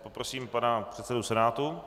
Poprosím pana předsedu Senátu.